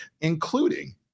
including